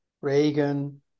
Reagan